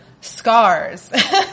scars